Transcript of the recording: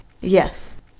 Yes